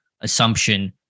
assumption